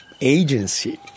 agency